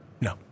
No